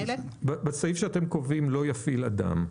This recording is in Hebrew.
בסעיף שבו אתם קובעים: לא יפעיל אדם,